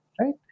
right